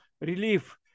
relief